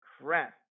crap